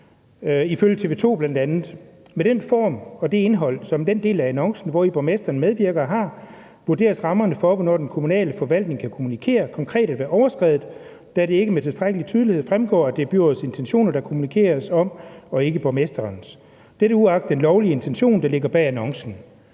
ifølge TV 2 følgende: »Med den form og det indhold, som den del af annoncen, hvori borgmesteren medvirker, har, vurderes rammerne for, hvordan den kommunale forvaltning kan kommunikere, konkret at være overskredet, da det ikke med tilstrækkelig tydelighed fremgår, at det er byrådets ambitioner, der kommunikeres om og ikke borgmesterens. Dette uagtet den lovlige intention, der ligger bag annoncen.«